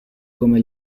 come